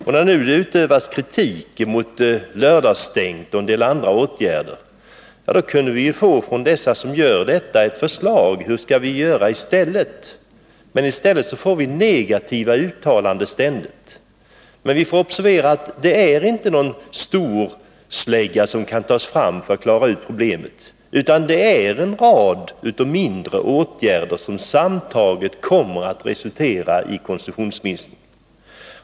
De som kritiserar lördagsstängning och en del andra åtgärder kunde ju då föreslå hur vi skall göra i stället. Men vi får bara negativa uttalanden. Det finns ingen storslägga som kan tas fram för att klara problemen, utan det är en rad mindre åtgärder som sammantagna kommer att resultera i en konsumtionsminskning.